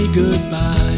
goodbye